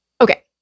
Okay